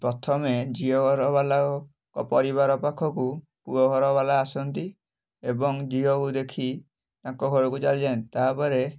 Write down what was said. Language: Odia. ପ୍ରଥମେ ଝିଅ ଘରବାଲାଙ୍କ ପରିବାର ପାଖକୁ ପୁଅ ଘରବାଲା ଆସନ୍ତି ଏବଂ ଝିଅକୁ ଦେଖି ତାଙ୍କ ଘରକୁ ଚାଲିଯାଆନ୍ତି ତାପରେ